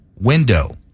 window